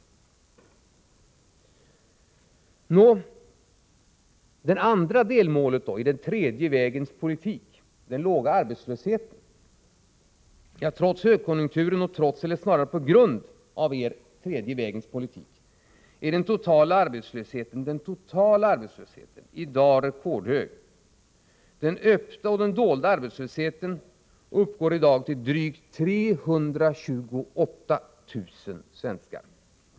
Nå, det andra delmålet i den tredje vägens politik, den låga arbetslösheten? Trots högkonjunkturen och trots — eller snarare på grund av — den tredje vägens politik är den totala arbetslösheten i dag rekordhög. Den öppna och dolda arbetslösheten uppgår i dag till drygt 328 000 svenskar.